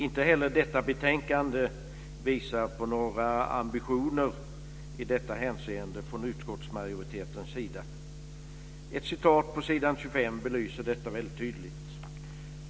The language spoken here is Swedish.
Inte heller detta betänkande visar på några ambitioner i detta hänseende från utskottsmajoritetens sida. Ett citat från s. 25 belyser detta väldigt tydligt.